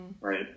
right